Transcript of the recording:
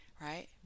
Right